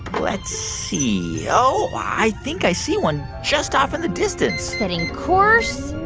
let's see oh, i think i see one just off in the distance setting course.